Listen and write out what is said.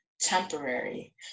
Temporary